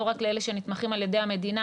לא רק לאלה שנתמכים על ידי המדינה.